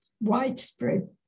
widespread